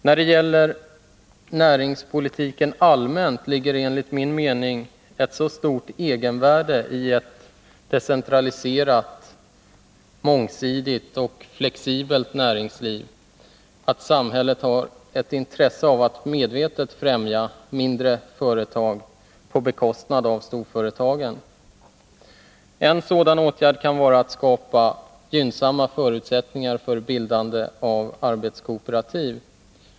När det gäller näringspolitiken i allmänhet ligger enligt min mening ett så stort egenvärde i ett decentraliserat, mångsidigt och flexibelt näringsliv att samhället har ett intresse av att medvetet främja mindre företag på bekostnad av storföretagen. En sådan åtgärd kan vara att skapa gynnsamma förutsättningar för bildande av arbetskooperativ.